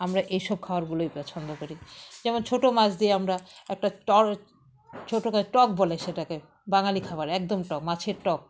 আমরা এইসব খাবারগুলোই পছন্দ করি যেমন ছোটো মাছ দিয়ে আমরা একটা ট ছোটো টক বলে সেটাকে বাঙালি খাবার একদম টক মাছের টক